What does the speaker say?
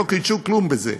לא חידשו כלום בזה,